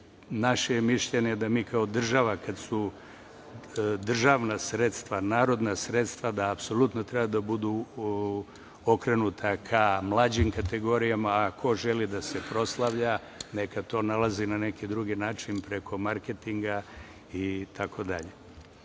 Naše je mišljenje da mi kao država, kada su državna sredstva, narodna sredstva, da apsolutno treba da budu okrenuta ka mlađim kategorijama, a ko želi da se proslavlja neka to nalazi na neki drugi način, preko marketinga itd. Na